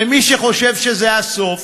ומי שחושב שזה הסוף,